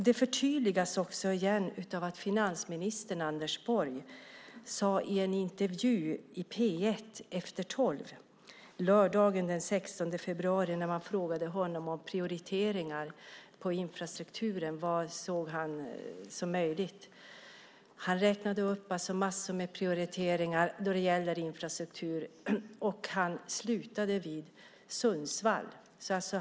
Det förtydligas också av att finansminister Anders Borg i en intervju i P 1:s Efter tolv lördagen den 16 februari, när man frågade honom vilka prioriteringar inom infrastrukturen han såg som möjliga, räknade upp massor av prioriteringar då det gällde infrastruktur - men han slutade vid Sundsvall.